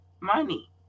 money